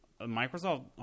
Microsoft